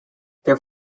their